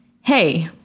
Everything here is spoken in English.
Hey